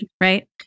right